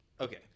Okay